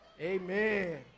Amen